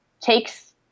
takes